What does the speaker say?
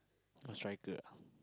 oh striker ah